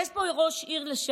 יש פה ראש עיר לשעבר,